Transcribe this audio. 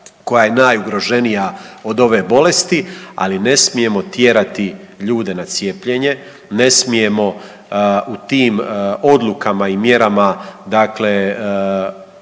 koja je najugroženija od ove bolesti. Ali ne smijemo tjerati ljude na cijepljenje, ne smijemo u tim odlukama i mjerama, dakle